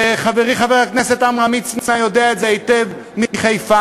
וחברי חבר הכנסת עמרם מצנע יודע את זה היטב מחיפה,